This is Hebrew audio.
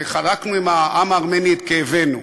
וחלקנו עם העם הארמני את כאבנו,